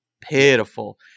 Pitiful